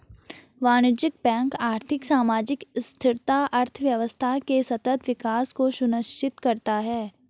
वाणिज्यिक बैंक आर्थिक, सामाजिक स्थिरता, अर्थव्यवस्था के सतत विकास को सुनिश्चित करता है